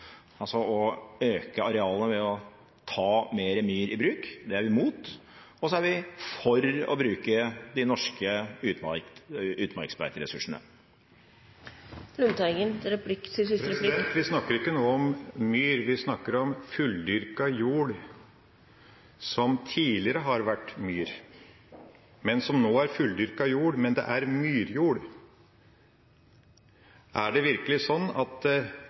altså å øke arealet ved å ta mer myr i bruk – det er vi imot – og så er vi for å bruke de norske utmarksbeiteressursene. Vi snakker ikke nå om myr, vi snakker om fulldyrket jord som tidligere har vært myr – det er fulldyrket jord nå, men det er myrjord. Er det virkelig sånn at